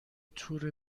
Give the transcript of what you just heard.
تور